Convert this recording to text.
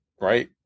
Right